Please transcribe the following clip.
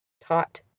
taut